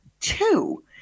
two